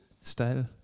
style